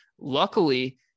luckily